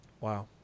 Wow